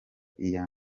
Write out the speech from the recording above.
iya